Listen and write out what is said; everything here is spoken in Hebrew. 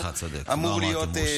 אמור להיות,